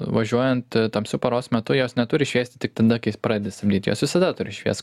važiuojant tamsiu paros metu jos neturi šviesti tik tada kai pradedi stabdyt jos visada turi šviest